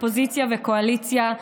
אופוזיציה וקואליציה.